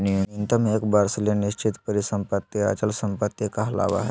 न्यूनतम एक वर्ष ले निश्चित परिसम्पत्ति अचल संपत्ति कहलावय हय